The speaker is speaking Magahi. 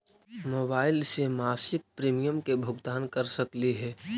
मोबाईल से मासिक प्रीमियम के भुगतान कर सकली हे?